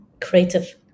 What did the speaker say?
creative